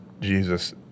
Jesus